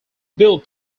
bill